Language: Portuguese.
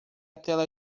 tela